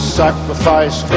sacrifice